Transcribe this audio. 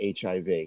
HIV